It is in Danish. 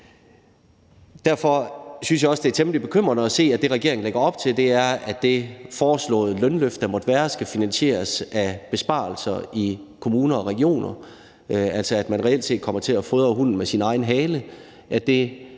Derfor synes jeg også, det er temmelig bekymrende at se, at det, regeringen lægger op til, er, at det foreslåede lønløft, der måtte være, skal finansieres af besparelser i kommuner og regioner, altså at man reelt set kommer til at fodre hunden med sin egen hale